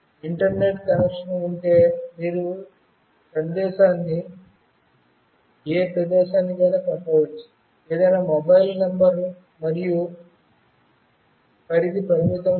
internet connection ఉంటే మీరు సందేశాన్ని ఏ ప్రదేశానికి అయినా పంపవచ్చు ఏదైనా మొబైల్ నంబర్ మరియు పరిధి పరిమితం కాదు